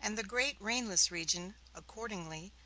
and the great rainless region, accordingly,